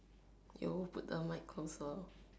you put the mic closer